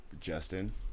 Justin